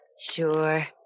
Sure